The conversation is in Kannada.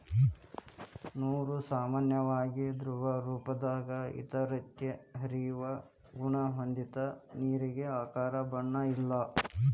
ನೇರು ಸಾಮಾನ್ಯವಾಗಿ ದ್ರವರೂಪದಾಗ ಇರತತಿ, ಹರಿಯುವ ಗುಣಾ ಹೊಂದೆತಿ ನೇರಿಗೆ ಆಕಾರ ಬಣ್ಣ ಇಲ್ಲಾ